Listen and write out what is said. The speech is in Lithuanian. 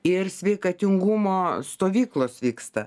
ir sveikatingumo stovyklos vyksta